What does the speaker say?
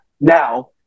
now